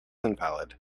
invalid